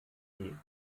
die